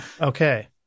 Okay